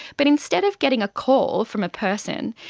but instead of getting a call from a person,